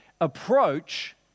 approach